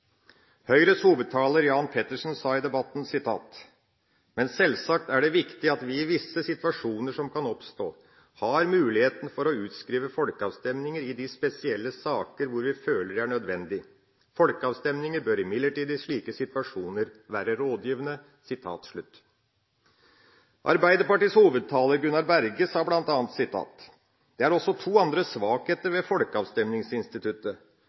Høyres hovedtaler, Jan Petersen, sa i debatten: «Men selvsagt er det viktig at vi i visse situasjoner som kan oppstå, har muligheten for å utskrive folkeavstemninger i de spesielle sakene hvor vi føler dette er nødvendig. Folkeavstemninger bør imidlertid i slike situasjoner være rådgivende.» Arbeiderpartiets hovedtaler, Gunnar Berge, sa bl.a.: «Det er også to andre svakheter ved folkeavstemningsinstituttet.